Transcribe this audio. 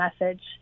message